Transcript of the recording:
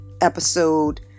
episode